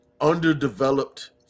underdeveloped